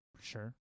Sure